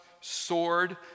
sword